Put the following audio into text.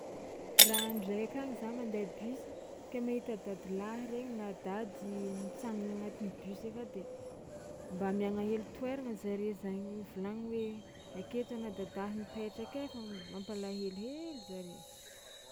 Raha andro raiky agny za mandeha bus ke mahita dadilaha regny na dady mitsangagna agnatin'ny bus aka de mba amiagna hely toeragna zare zagny volagno hoe: aketo anà dada mipetraka ai fa mampalahelo hely zare.